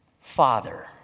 Father